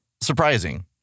surprising